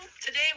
today